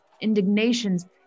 indignations